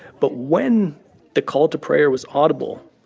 but when the call to prayer was audible,